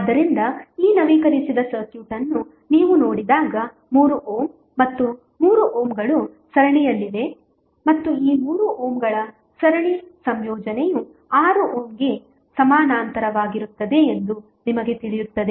ಆದ್ದರಿಂದ ಈ ನವೀಕರಿಸಿದ ಸರ್ಕ್ಯೂಟ್ ಅನ್ನು ನೀವು ನೋಡಿದಾಗ 3 ಓಮ್ ಮತ್ತು 3 ಓಮ್ಗಳು ಸರಣಿಯಲ್ಲಿವೆ ಮತ್ತು ಈ 3 ಓಮ್ಗಳ ಸರಣಿ ಸಂಯೋಜನೆಯು 6 ಓಮ್ಗೆ ಸಮಾನಾಂತರವಾಗಿರುತ್ತದೆ ಎಂದು ನಿಮಗೆ ತಿಳಿಯುತ್ತದೆ